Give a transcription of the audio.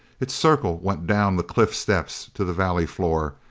its circle went down the cliff steps to the valley floor,